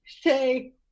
say